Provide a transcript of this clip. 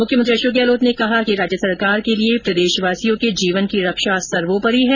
मुख्यमंत्री अशोक गहलोत ने कहा कि राज्य सरकार के लिए प्रदेशवासियों के जीवन की रक्षा सर्वोपरि है